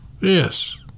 Yes